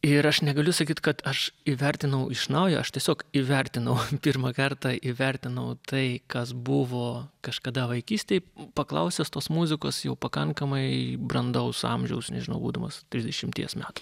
ir aš negaliu sakyt kad aš įvertinau iš naujo aš tiesiog įvertinau pirmą kartą įvertinau tai kas buvo kažkada vaikystėj paklausęs tos muzikos jau pakankamai brandaus amžiaus nežinau būdamas trisdešimties metų